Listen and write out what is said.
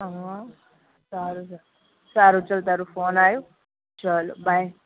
હા સારું ચાલો સારું ચાલ તારો ફોન આવ્યો ચાલો બાય